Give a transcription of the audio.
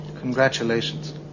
congratulations